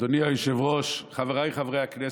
אדוני היושב-ראש, חבריי חברי הכנסת,